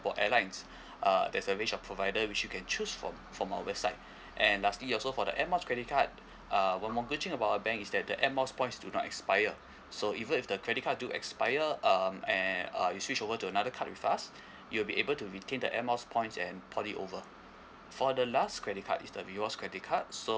airlines uh there's a range of provider which you can choose from from our website and lastly also for the air miles credit card uh one more birching about a bank is that the air miles points do not expire so even if the credit card do expired um and uh you switch over to another card with us you'll be able to retain the air miles points and port it over for the last credit card is the rewards credit card so